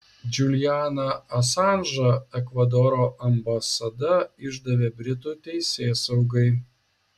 džulianą asanžą ekvadoro ambasada išdavė britų teisėsaugai